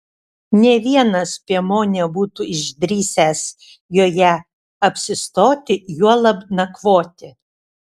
nė vienas piemuo nebūtų išdrįsęs joje apsistoti juolab nakvoti